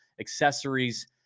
accessories